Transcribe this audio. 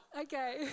Okay